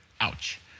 Ouch